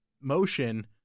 motion